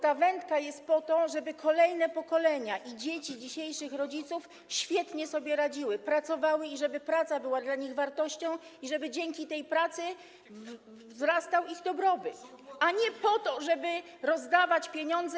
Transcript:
Ta wędka jest po to, żeby kolejne pokolenia i dzieci dzisiejszych rodziców świetnie sobie radziły, pracowały, żeby praca była dla nich wartością, żeby dzięki tej pracy wzrastał ich dobrobyt, a nie po to, żeby rozdawać pieniądze.